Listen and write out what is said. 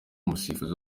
umusifuzi